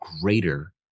greater